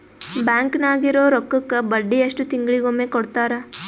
Bank ನಾಗಿರೋ ರೊಕ್ಕಕ್ಕ ಬಡ್ಡಿ ಎಷ್ಟು ತಿಂಗಳಿಗೊಮ್ಮೆ ಕೊಡ್ತಾರ?